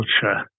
culture